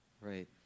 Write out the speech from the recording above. Right